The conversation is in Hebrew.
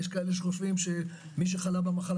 יש כאלה שחושבים שמי שחלה במחלה,